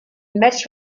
match